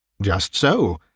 just so.